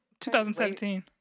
2017